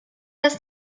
das